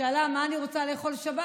מה אני רוצה לאכול בשבת?